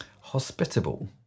Hospitable